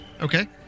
Okay